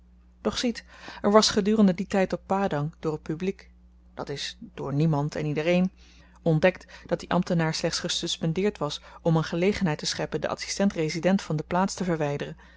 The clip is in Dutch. doch ziet er was gedurende dien tyd op padang door t publiek dat is door niemand en iedereen ontdekt dat die ambtenaar slechts gesuspendeerd was om een gelegenheid te scheppen den adsistent resident van de plaats te verwyderen